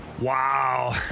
Wow